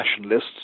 nationalists